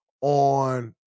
on